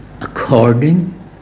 according